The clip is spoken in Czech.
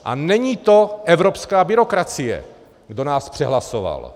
A není to evropská byrokracie, kdo nás přehlasoval.